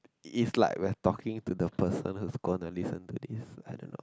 is like when talking to the person is gonna listen to this I don't know